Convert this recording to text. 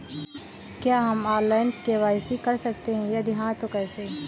क्या हम online KYC कर सकते हैं यदि हाँ तो कैसे?